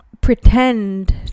pretend